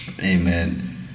amen